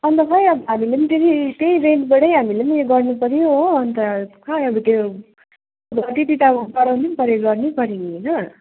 अनि त खै अब हामीले पनि फेरि त्यही रेन्टबडै हामीले नि गर्नुपर्यो हो अनि त खै अब त्यो त्यति त अब गराउनै पर्यो गर्नैपर्यो नि होइन